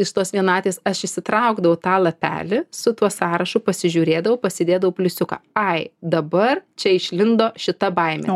iš tos vienatvės aš išsitraukdavau tą lapelį su tuo sąrašu pasižiūrėdavau pasidėdavau pliusiuką ai dabar čia išlindo šita baimė